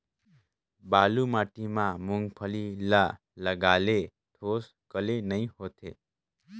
बालू माटी मा मुंगफली ला लगाले ठोस काले नइ होथे?